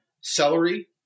celery